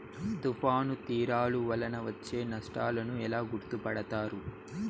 తుఫాను తీరాలు వలన వచ్చే నష్టాలను ఎలా గుర్తుపడతారు?